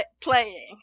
playing